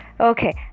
Okay